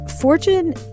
Fortune